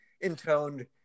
intoned